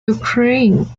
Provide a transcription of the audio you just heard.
ukraine